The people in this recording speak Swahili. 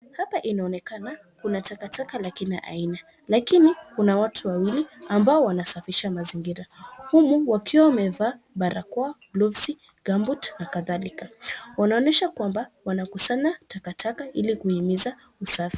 Hapa inaonekana kuna takataka la kila aina lakini kuna watu wawili ambao wanasafisha mazingira. Humu wakiwa wamevaa barakoa, gloves. gumboot na kadhalika. waanonyesha kwamba wanakusanya takataka ilikuhimiza usafi.